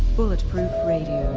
bulletproof radio,